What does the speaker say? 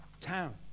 town